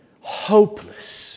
hopeless